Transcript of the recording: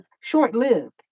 short-lived